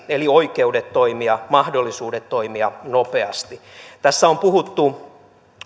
eli oikeudet toimia mahdollisuudet toimia nopeasti tässä on puhuttu